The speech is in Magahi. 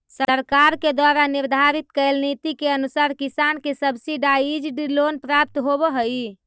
सरकार के द्वारा निर्धारित कैल नीति के अनुसार किसान के सब्सिडाइज्ड लोन प्राप्त होवऽ हइ